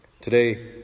Today